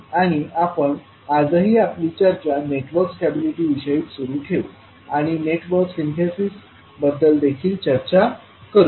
आणि आपण आजही आपली चर्चा नेटवर्क स्टॅबिलिटी विषयीच सुरू ठेवू आणि नेटवर्क सिंथेसिस बद्दल देखील चर्चा करू